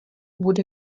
bude